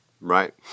Right